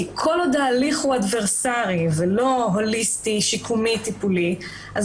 כל עוד ההליך הוא אדברסרי ולא הוליסטי-שיקומי-טיפולי אז